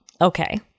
okay